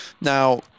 Now